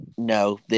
No